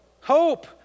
Hope